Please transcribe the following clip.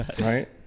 right